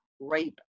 Rape